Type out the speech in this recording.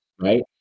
right